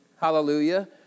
hallelujah